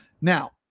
Now